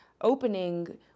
opening